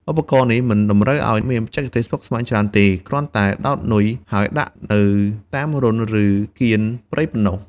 ឧបករណ៍នេះមិនតម្រូវឲ្យមានបច្ចេកទេសស្មុគស្មាញច្រើនទេ គ្រាន់តែដោតនុយហើយដាក់នៅតាមរន្ធឬកៀនព្រៃប៉ុណ្ណោះ។